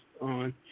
on